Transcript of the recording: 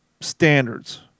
standards